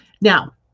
Now